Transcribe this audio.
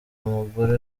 umugore